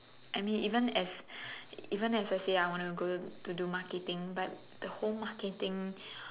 I mean even as even as I say I want to go do marketing but the whole marketing